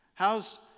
How's